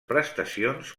prestacions